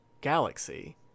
Galaxy